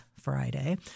Friday